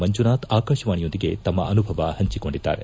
ಮಂಜುನಾಥ್ ಆಕಾರವಾಣಿಯೊಂದಿಗೆ ತಮ್ಮ ಅನುಭವ ಪಂಚಿಕೊಂಡಿದ್ದಾರೆ